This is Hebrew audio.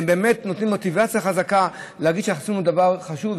הם באמת נותנים מוטיבציה חזקה להגיד שעשינו דבר חשוב,